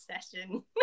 session